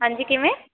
ਹਾਂਜੀ ਕਿਵੇਂ